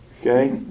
Okay